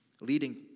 leading